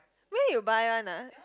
where you buy one ah